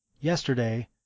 yesterday